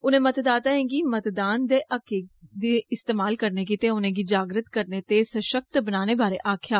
उने मतदाताएं गी मतदान दे हक्के गी इस्तेमाल करने गिते उनेंगी जागृति करने ते सषक्त बनाने बारै आक्खेआ